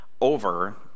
over